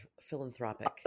Philanthropic